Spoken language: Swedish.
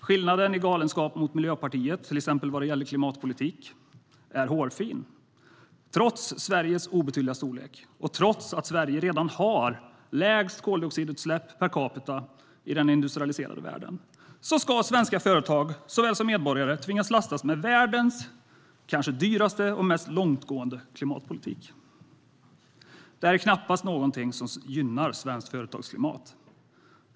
Skillnaden i galenskap mot Miljöpartiet, till exempel vad gäller klimatpolitik, är hårfin. Trots Sveriges obetydliga storlek och trots att Sverige redan har lägst koldioxidutsläpp per capita i den industrialiserade världen ska svenska företag såväl som medborgare tvingas lastas med världens kanske dyraste och mest långtgående klimatpolitik. Det är knappast något som gynnar svenskt företagsklimat.